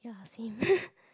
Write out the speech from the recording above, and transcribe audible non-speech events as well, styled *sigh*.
ya same *laughs*